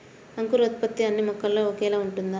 అంకురోత్పత్తి అన్నీ మొక్కలో ఒకేలా ఉంటుందా?